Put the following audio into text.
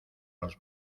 los